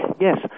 Yes